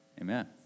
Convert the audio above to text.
Amen